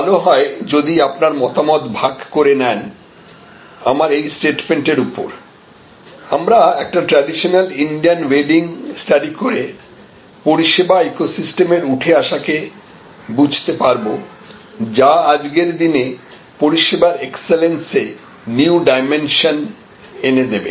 ভালো হয় যদি আপনি আপনার মতামত ভাগ করে নেন আমার এই স্টেটমেন্ট এর উপর আমরা একটি ট্রেডিশনাল ইন্ডিয়ান ওয়েডিং স্টাডি করে পরিষেবা ইকোসিস্টেমের উঠে আসা কে বুঝতে পারব যা আজকের দিনে পরিষেবার এক্সেলেন্সে নিউ ডাইমেনশন এনে দেবে